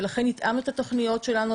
ולכן התאמנו את התוכניות שלנו,